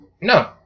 No